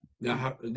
Now